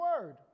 Word